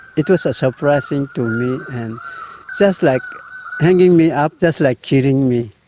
it was ah surprising to and just like hanging me up, just like killing me.